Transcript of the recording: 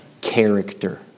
character